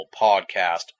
podcast